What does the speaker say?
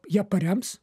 ją parems